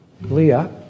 Leah